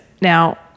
Now